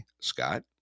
Scott